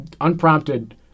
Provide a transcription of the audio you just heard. unprompted